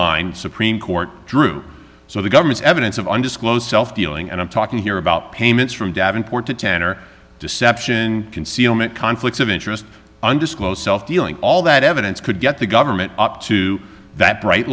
line supreme court drew so the government's evidence of undisclosed dealing and i'm talking here about payments from davenport to tanner deception concealment conflicts of interest undisclosed self dealing all that evidence could get the government up to that bright